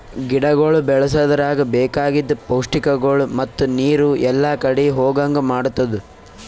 ಗಿಡಗೊಳ್ ಬೆಳಸದ್ರಾಗ್ ಬೇಕಾಗಿದ್ ಪೌಷ್ಟಿಕಗೊಳ್ ಮತ್ತ ನೀರು ಎಲ್ಲಾ ಕಡಿ ಹೋಗಂಗ್ ಮಾಡತ್ತುದ್